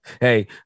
Hey